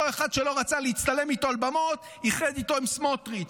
אותו אחד שלא רוצה להצטלם איתו על במות איחד אותו עם סמוטריץ',